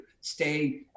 stay